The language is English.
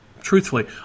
truthfully